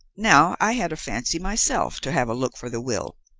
now i had a fancy myself to have a look for the will.